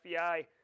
FBI